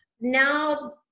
now